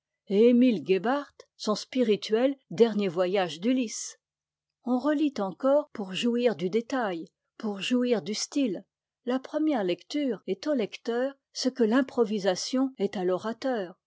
et emile gebhart son spirituel dernier voyage d'ulysse on relit encore pour jouir du détail pour jouir du style la première lecture est au lecteur ce que l'improvisation est à l'orateur